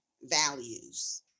values